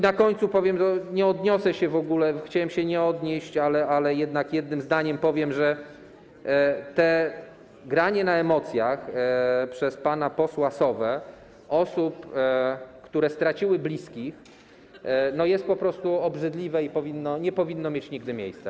Na końcu powiem, że nie odniosę się w ogóle, chciałem się nie odnieść, ale jednak jednym zdaniem powiem, że te granie na emocjach przez pana posła Sowę osobom, które straciły bliskich, jest po prostu obrzydliwe i nie powinno mieć nigdy miejsca.